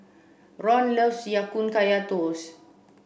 Ron loves Ya Kun Kaya Toast